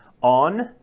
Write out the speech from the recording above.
on